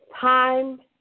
time